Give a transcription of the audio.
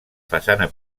façana